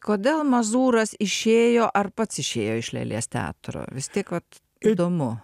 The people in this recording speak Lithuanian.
kodėl mazūras išėjo ar pats išėjo iš lėlės teatro vis tiek vat įdomu